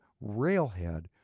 railhead